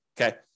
Okay